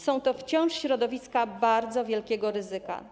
Są to wciąż środowiska bardzo wielkiego ryzyka.